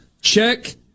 Check